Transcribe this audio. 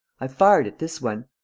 i fired at this one,